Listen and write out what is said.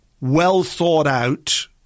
well-thought-out